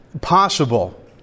possible